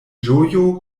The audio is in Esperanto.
ĝojo